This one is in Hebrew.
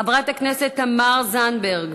חברת הכנסת תמר זנדברג,